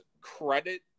credit